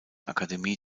akademie